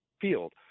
field